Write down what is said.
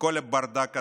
בכל הברדק הזה,